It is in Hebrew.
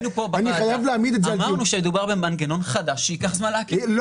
אני חייב להעמיד את זה על דיוקו.